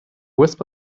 wisp